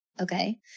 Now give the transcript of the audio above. Okay